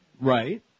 Right